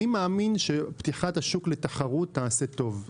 אני מאמין שפתיחת השוק לתחרות תעשה טוב.